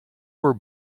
were